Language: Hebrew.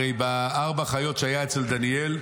הרי בארבע חיות שהיו אצל דניאל,